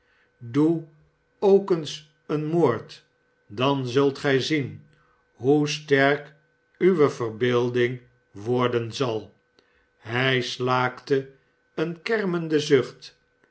doe k eens een moord dan zult gij zien hoe sterk uwe verbeelding worden zal hij slaakte een kermenden zucht